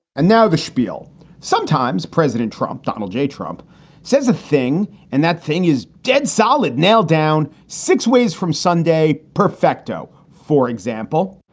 and now the spiel sometimes president trump, donald yeah trump says a thing and that thing is dead solid, nailed down six ways from sunday. perfecto, for example,